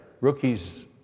rookies